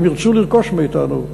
אם ירצו לרכוש מאתנו,